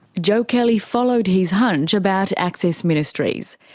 joe kelly followed his hunch about access ministries.